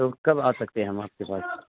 تو کب آ سکتے ہیں ہم آپ کے پاس